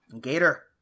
Gator